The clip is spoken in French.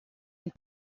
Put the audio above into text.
une